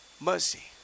Mercy